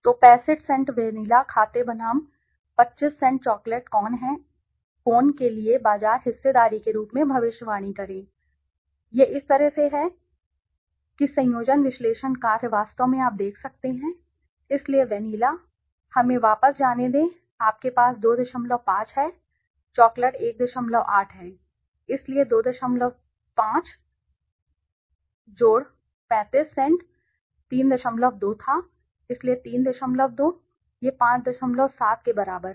तो 35 cent vanilla खाते बनाम 25 सेंट चॉकलेट कोन के लिए बाजार हिस्सेदारी के रूप में भविष्यवाणी करें यह इस तरह से है कि संयोजन विश्लेषण कार्य वास्तव में आप देख सकते हैं इसलिए वेनिला हमें वापस जाने दें आपके पास 25 है चॉकलेट 18 सही है इसलिए 25 प्लस 35 सेंट 32 था इसलिए 32 यह 57 के बराबर है